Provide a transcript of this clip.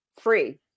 free